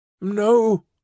No